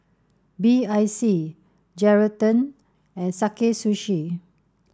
B I C Geraldton and Sakae Sushi